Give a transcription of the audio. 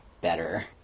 better